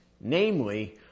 Namely